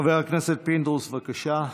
חבר הכנסת פינדרוס, בבקשה.